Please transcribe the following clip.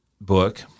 book